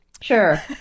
Sure